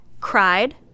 Cried